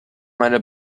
meiner